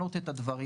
שבוחנות את הדברים.